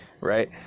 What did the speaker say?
right